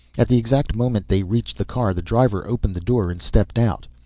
at the exact moment they reached the car the driver opened the door and stepped out.